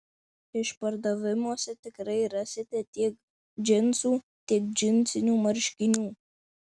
išpardavimuose tikrai rasite tiek džinsų tiek džinsinių marškinių